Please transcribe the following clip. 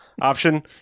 option